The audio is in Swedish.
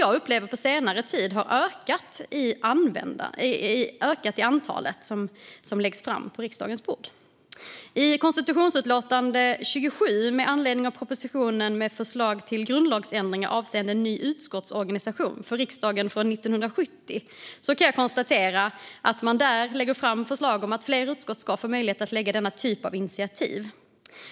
Jag upplever att antalet utskottsinitiativ som läggs på riksdagens bord har ökat på senare tid. I konstitutionsutskottets utlåtande 27 år 1970 med anledning av proposition med förslag till grundlagsändringar avseende ny utskottsorganisation för riksdagen lägger man fram förslag om att fler utskott ska få möjlighet att lägga fram denna typ av initiativ.